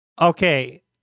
Okay